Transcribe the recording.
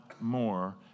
more